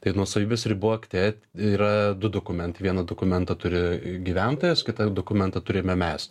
tai nuosavybės ribų akte yra du dokumentai vieną dokumentą turi gyventojas kitą jau dokumentą turime mes